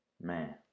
man